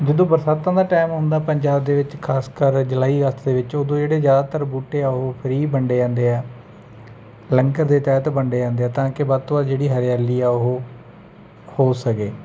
ਜਦੋਂ ਬਰਸਾਤਾਂ ਦਾ ਟਾਈਮ ਹੁੰਦਾ ਪੰਜਾਬ ਦੇ ਵਿੱਚ ਖਾਸਕਰ ਜੁਲਾਈ ਅਗਸਤ ਦੇ ਵਿੱਚ ਉਦੋਂ ਜਿਹੜੇ ਜ਼ਿਆਦਾਤਰ ਬੂਟੇ ਆ ਉਹ ਫਰੀ ਵੰਡੇ ਜਾਂਦੇ ਆ ਲੰਗਰ ਦੇ ਤਹਿਤ ਵੰਡੇ ਜਾਂਦੇ ਆ ਤਾਂ ਕਿ ਵੱਧ ਤੋਂ ਵੱਧ ਜਿਹੜੀ ਹਰਿਆਲੀ ਆ ਉਹ ਹੋ ਸਕੇ